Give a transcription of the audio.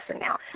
now